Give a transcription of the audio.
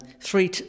Three